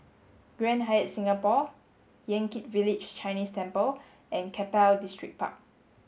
Grand Hyatt Singapore Yan Kit Village Chinese Temple and Keppel Distripark